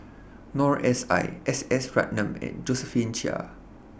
Noor S I S S Ratnam and Josephine Chia